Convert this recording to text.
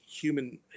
human